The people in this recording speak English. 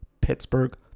Pittsburgh